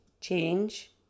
change